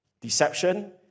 deception